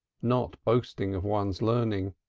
not boasting of one's learning,